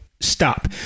stop